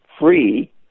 free